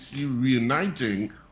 reuniting